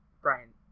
Brian